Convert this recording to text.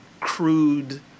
crude